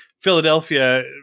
philadelphia